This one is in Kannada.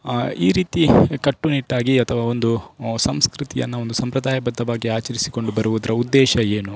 ಈ ರೀತಿ ಕಟ್ಟುನಿಟ್ಟಾಗಿ ಅಥವಾ ಒಂದು ಸಂಸ್ಕೃತಿಯನ್ನು ಒಂದು ಸಂಪ್ರದಾಯಬದ್ಧವಾಗಿ ಆಚರಿಸಿಕೊಂಡು ಬರುವುದರ ಉದ್ದೇಶ ಏನು